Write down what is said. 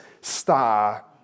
star